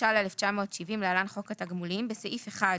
התש"-1970 (להלן חוק התגמולים) בסעיף 1,